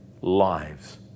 lives